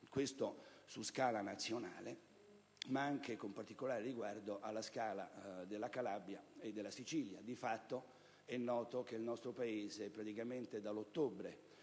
Questo su scala nazionale, ma anche con particolare riguardo alla scala della Calabria e della Sicilia. È noto che il nostro Paese praticamente dall'ottobre